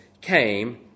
came